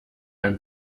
ein